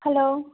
hello